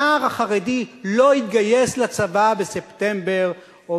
הנער החרדי לא יתגייס לצבא בספטמבר או